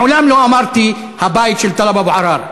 מעולם לא אמרתי: הבית של טלב אבו עראר,